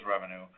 revenue